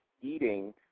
eating